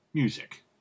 Music